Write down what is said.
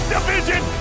Division